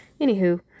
Anywho